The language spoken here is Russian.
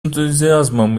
энтузиазмом